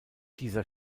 dieser